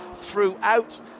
throughout